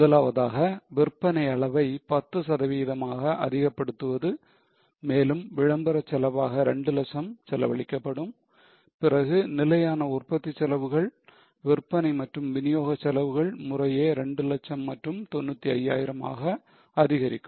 முதலாவதாக விற்பனை அளவை 10 சதவிகிதமாக அதிகப்படுத்துவது மேலும் விளம்பர செலவாக 2 லட்சம் செலவழிக்கப்படும் பிறகு நிலையான உற்பத்தி செலவுகள் விற்பனை மற்றும் விநியோக செலவுகள் முறையே 200000 மற்றும் 95000 ஆக அதிகரிக்கும்